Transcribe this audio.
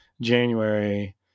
January